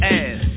ass